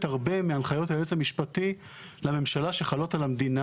הרבה מהנחיות היועץ המשפטי לממשלה שחלות על המדינה.